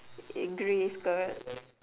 in grey skirt